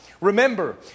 Remember